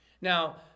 Now